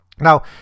Now